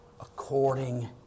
according